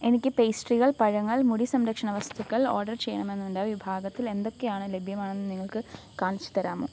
എനിക്ക് പേസ്ട്രികൾ പഴങ്ങൾ മുടി സംരക്ഷണ വസ്തുക്കൾ ഓഡർ ചെയ്യണമെന്നുണ്ട് ആ വിഭാഗത്തിൽ എന്തക്കെയാണ് ലഭ്യമാണെന്ന് നിങ്ങൾക്ക് കാണിച്ചു തരാമോ